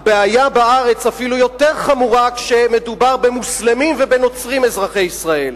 הבעיה בארץ אפילו יותר חמורה כשמדובר במוסלמים ובנוצרים אזרחי ישראל,